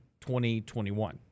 2021